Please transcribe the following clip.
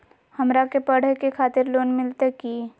हमरा के पढ़े के खातिर लोन मिलते की?